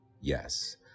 Yes